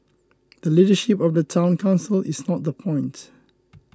the leadership of the Town Council is not the point